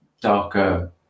darker